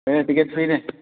ꯑꯦ ticket ꯐ꯭ꯔꯤꯅꯦ